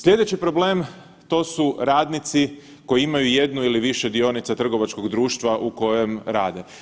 Slijedeći problem to su radnici koji imaju jednu ili više dionica trgovačkog društva u kojem rade.